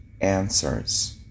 answers